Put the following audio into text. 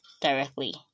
directly